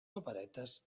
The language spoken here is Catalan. paperetes